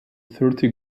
thirty